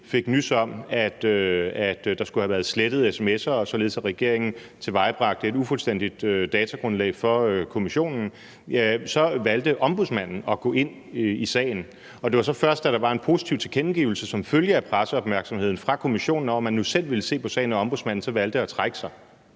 fik nys om, at der skulle være slettet sms'er, således at regeringen tilvejebragte et ufuldstændigt datagrundlag for kommissionen, hvorefter Ombudsmanden valgte at gå ind i sagen. Og det var så først, da der var en positiv tilkendegivelse, som følge af presseopmærksomheden, fra kommissionen om, at man nu selv ville se på sagen, at Ombudsmanden så valgte at trække sig.